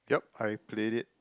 yup I played it